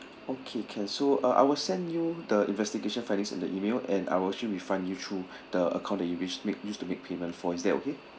okay can so uh I will send you the investigation findings in the email and I will actually refund you through the account that you which made use to make payment for is that okay